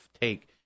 take